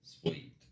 Sweet